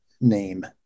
name